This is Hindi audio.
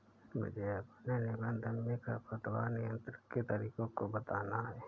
मुझे अपने निबंध में खरपतवार नियंत्रण के तरीकों को बताना है